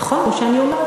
נכון, זה מה שאני אומרת.